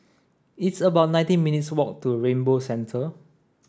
it's about nineteen minutes' walk to Rainbow Centre